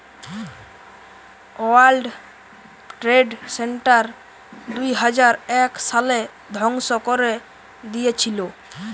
world Trade Center দুইহাজার এক সালে ধ্বংস করে দিয়েছিলো